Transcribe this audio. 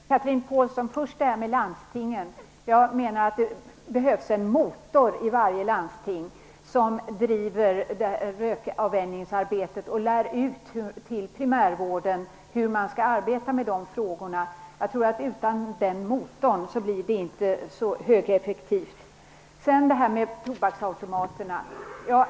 Fru talman! Först, Chatrine Pålsson, vill jag ta upp det här med landstingen. Jag menar att det behövs en motor i varje landsting som driver rökavvänjningsarbetet framåt och lär ut till primärvården hur man skall arbeta med frågorna. Utan den motorn blir det, tror jag, inte så högeffektivt. Sedan vill jag ta upp det här med tobaksautomaterna.